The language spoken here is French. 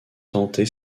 tenter